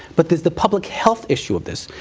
but there's the public health issue of this.